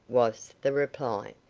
was the reply.